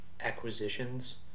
acquisitions